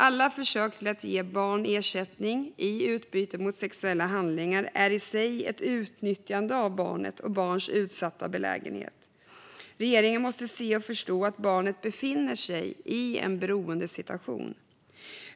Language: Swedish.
Alla försök till att ge barn ersättning i utbyte mot sexuella handlingar är i sig ett utnyttjande av barnet och barns utsatta belägenhet. Regeringen måste se och förstå att barnet befinner sig i en beroendesituation.